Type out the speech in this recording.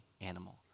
animal